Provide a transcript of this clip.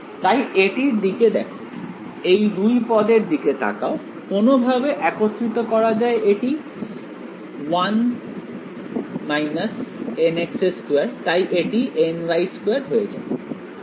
তাই এটির দিকে দেখো এই দুই পদের দিকে তাকাও কোনভাবে একত্রিত করা যায় এটি 1 nx2 তাই এটি ny2 হয়ে যায়